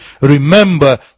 Remember